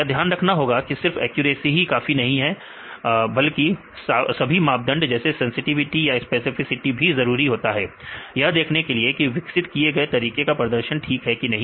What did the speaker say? यह ध्यान रखना होगा कि सिर्फ एक्यूरेसी ही काफी नहीं होगा बल्कि सभी मापदंड जैसे सेंसटिविटी स्पेसिफिसिटी भी जरूरी है यह देखने के लिए की विकसित किए गए तरीके का प्रदर्शन ठीक है या नहीं